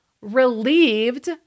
relieved